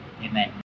Amen